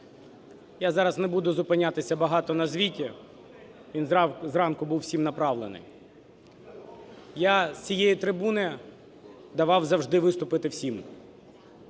Я зараз не буду зупинятися багато на звіті, він зранку був всім направлений. Я з цієї трибуни давав завжди виступити всім,